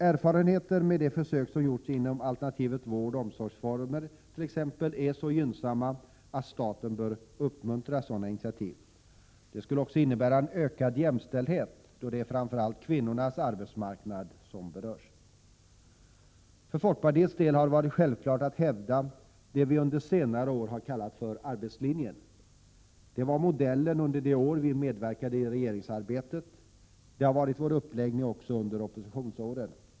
Erfarenheterna från de försök som gjorts inom t.ex. alternativa vårdoch omsorgsformer är så gynnsamma att staten bör uppmuntra sådana initiativ. Det skulle också innebära en ökad jämställdhet, då det framför allt är kvinnornas arbetsmarknad som berörs. För folkpartiets del har det varit självklart att hävda det vi under senare år har kallat för arbetslinjen. Det var modellen under de år vi medverkade i regeringsarbetet. Det har varit vår uppläggning också under oppositionsåren.